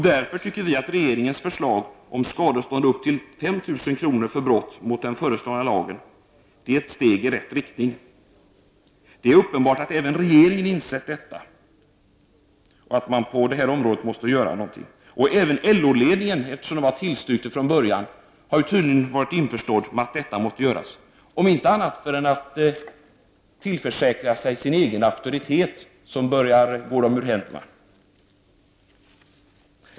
Därför tycker vi att regeringens förslag om skadestånd på upp till 5 000 kr. för brott mot den föreslagna lagen är ett steg i rätt riktning. Det är uppenbart att även regeringen har insett att man måste göra någonting på det här området. Eftersom LO-ledningen har tillstyrkt lagförslaget från början, har den tydligen varit införstådd med att detta måste göras — om inte annat så för att tillförsäkra sig sin egen auktoritet, som börjar gå den ur händerna.